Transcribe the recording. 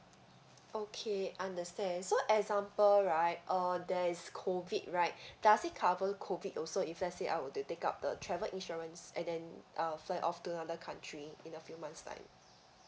okay understand so example right uh there is COVID right does it cover COVID also if let's say I were to take up the travel insurance and then uh fly off to other country in a few months time